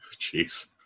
Jeez